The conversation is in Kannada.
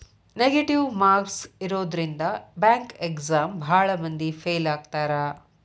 ನೆಗೆಟಿವ್ ಮಾರ್ಕ್ಸ್ ಇರೋದ್ರಿಂದ ಬ್ಯಾಂಕ್ ಎಕ್ಸಾಮ್ ಭಾಳ್ ಮಂದಿ ಫೇಲ್ ಆಗ್ತಾರಾ